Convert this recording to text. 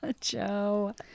Joe